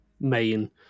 main